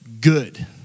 good